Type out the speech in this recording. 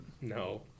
No